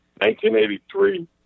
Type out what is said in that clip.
1983